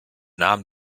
nahm